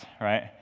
right